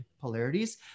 polarities